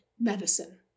medicine